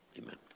Amen